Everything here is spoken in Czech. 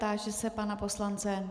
Táži se pana poslance...